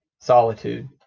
solitude